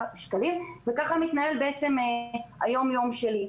כך מתנהל היום יום שלי,